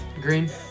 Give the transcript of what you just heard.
Green